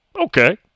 Okay